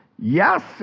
Yes